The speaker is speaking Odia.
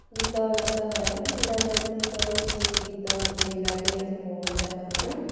ଗୀତ ନାଚ ହୁଏ ଇରା ମହାନ୍ତିଙ୍କ କିଛି ଗୀତ ସେଠି ଲାଗେ ସବୁ ମଜା କରନ୍ତି